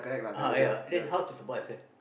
uh ya then how to survive eh